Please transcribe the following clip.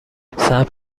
صبر